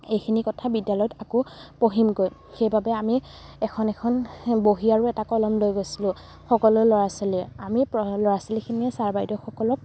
এইখিনি কথা বিদ্যালয়ত আকৌ পঢ়িমগৈ সেইবাবে আমি এখন এখন বহি আৰু এটা কলম লৈ গৈছিলোঁ সকলো ল'ৰা ছোৱালীয়ে আমি ল'ৰা ছোৱালীখিনিয়ে ছাৰ বাইদেউসকলক